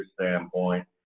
standpoint